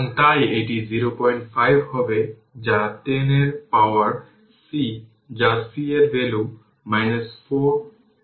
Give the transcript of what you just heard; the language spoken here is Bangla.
এবং তাই এটি 05 হবে যা 10 এর পাওয়ার C যা C এর ভ্যালু 4 e t 1